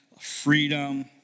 freedom